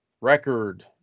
record